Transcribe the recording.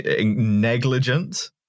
negligent